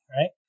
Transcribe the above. right